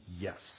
yes